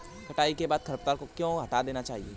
कटाई के बाद खरपतवार को क्यो हटा देना चाहिए?